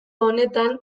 honetan